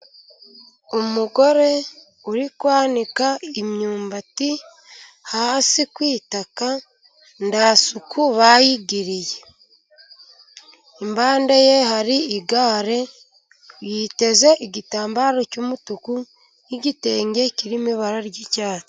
Umugore uri kwanika imyumbati hasi ku itaka nta suku bayigiriye, impande ye hari igare yiteze igitambaro cy'umutuku, n'igitenge kirimo ibara ry'icyatsi.